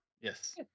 Yes